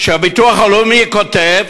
והביטוח הלאומי כותב